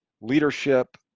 leadership